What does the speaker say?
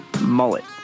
mullet